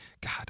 God